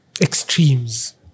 Extremes